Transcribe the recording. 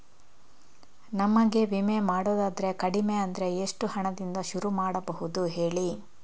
ನಮಗೆ ವಿಮೆ ಮಾಡೋದಾದ್ರೆ ಕಡಿಮೆ ಅಂದ್ರೆ ಎಷ್ಟು ಹಣದಿಂದ ಶುರು ಮಾಡಬಹುದು ಹೇಳಿ